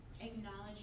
acknowledging